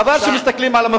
חבל שמסתכלים על המפריד.